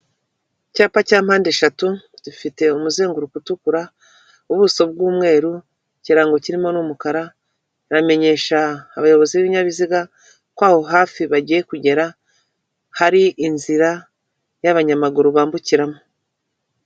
Icyapa cya mpandeshatu gifite umuzenguruko utukura, ubuso bw'umweru, ikirango kirimo n'umukara, iramenyesha abayobozi b'ibinyabiziga ko aho hafi bagiye kugera hari inzira y'abanyamaguru bambukiramo.